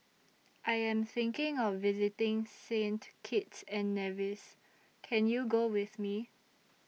I Am thinking of visiting Saint Kitts and Nevis Can YOU Go with Me